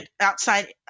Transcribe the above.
outside